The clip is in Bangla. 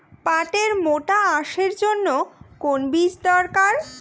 পাটের মোটা আঁশের জন্য কোন বীজ দরকার?